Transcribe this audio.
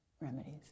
remedies